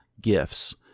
gifts